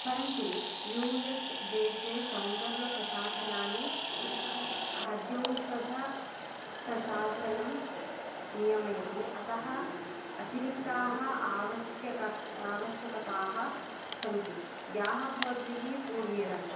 परन्तु U S देशे सौन्दर्यप्रसाधनानि खाद्यौषध प्रशासनं नियमयति अतः अतिरिक्ताः आवश्यक् आवश्यकताः सन्ति याः भवद्भिः पूर्येरन्